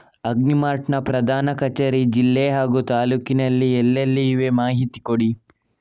Agri Mart ನ ಪ್ರಧಾನ ಕಚೇರಿ ಜಿಲ್ಲೆ ಹಾಗೂ ತಾಲೂಕಿನಲ್ಲಿ ಎಲ್ಲೆಲ್ಲಿ ಇವೆ ಮಾಹಿತಿ ಕೊಡಿ?